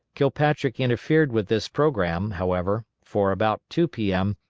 kilpatrick interfered with this programme, however, for about two p m.